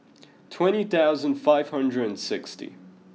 twenty thousands five hundred and sixty